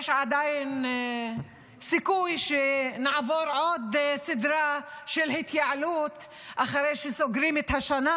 עדיין יש סיכוי שנעבור עוד סדרה של התייעלות אחרי שסוגרים את השנה